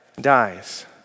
dies